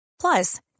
Plus